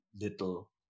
little